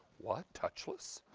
like touch list?